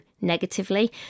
negatively